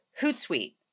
Hootsuite